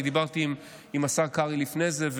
אני דיברתי עם השר קרעי לפני זה,